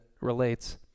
relates